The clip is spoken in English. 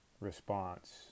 response